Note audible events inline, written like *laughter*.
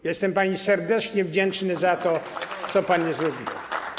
Ja jestem pani serdecznie wdzięczny *applause* za to, co pani zrobiła.